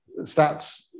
stats